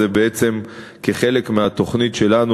זה בעצם כחלק מהתוכנית שלנו